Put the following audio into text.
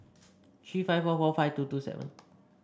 three five four four five two two seven